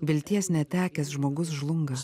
vilties netekęs žmogus žlunga